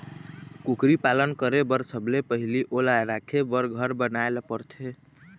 कुकरी पालन करे बर सबले पहिली ओला राखे बर घर बनाए ल परथे